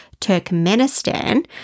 Turkmenistan